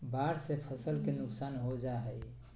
बाढ़ से फसल के नुकसान हो जा हइ